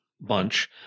bunch